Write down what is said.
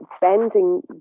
bending